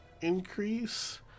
increase